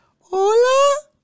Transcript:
Hola